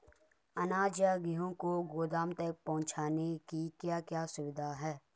अनाज या गेहूँ को गोदाम तक पहुंचाने की क्या क्या सुविधा है?